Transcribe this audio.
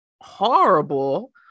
horrible